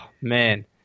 man